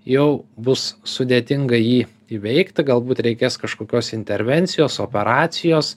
jau bus sudėtinga jį įveikti galbūt reikės kažkokios intervencijos operacijos